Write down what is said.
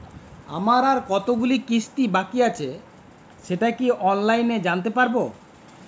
আমার আর কতগুলি কিস্তি বাকী আছে সেটা কি অনলাইনে জানতে পারব?